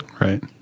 Right